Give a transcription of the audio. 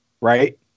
right